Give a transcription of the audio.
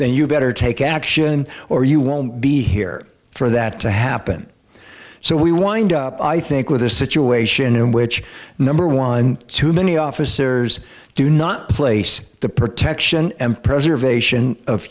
then you better take action or you won't be here for that to happen so we wind up i think with a situation in which number one too many officers do not place the protection m preservation of